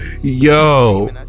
Yo